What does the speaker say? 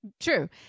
True